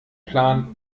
plan